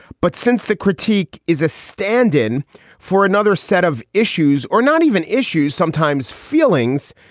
but since the critique is a stand in for another set of issues or not even issues, sometimes feelings,